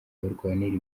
barwanira